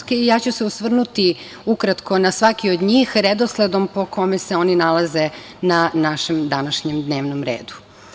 U svom izlaganju ja ću se osvrnuti na svaki od njih redosledom po kome se oni nalaze na našem današnjem dnevnom redu.